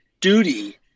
duty